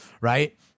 right